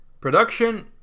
production